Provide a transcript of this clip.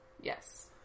Yes